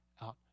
out